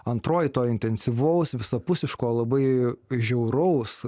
antroji to intensyvaus visapusiško labai žiauraus